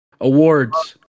awards